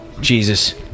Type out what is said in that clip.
Jesus